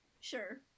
sure